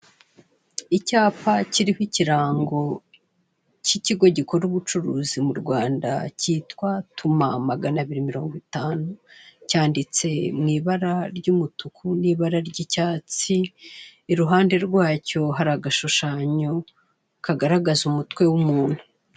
Icyapa kiriho ikirango cy'ikigo gikora ubucuruzi mu Rwanda cyitwa "Tuma 250", cyanditse mw'ibara ry'umutuku n'ibara ry'icyatsi; iruhande rwacyo hari agashushanyo kagaragaza umutwe w'umuntu.